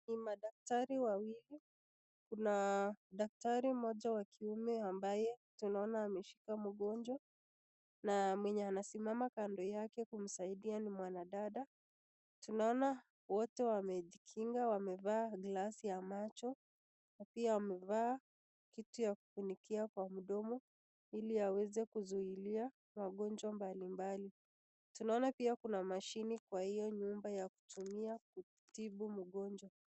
Ni madaktari wawili, kuna daktari mmoja wa kiume ambaye tunaona ameshika mgonjwa na mwenye anasimama kando yake kumsaidia ni mwanadada. Tunaona wote wamejikinga, wamevaa glasi ya macho na pia wamevaa vitu yakufunikia kwa mdomo ili aweze kuzuilia magonjwa mbalimbali. Tunaona pia kuna mashini kwa hiyo nyumba ya kutumia kutibu mgonjwa.